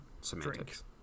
Semantics